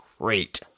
great